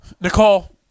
Nicole